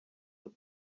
the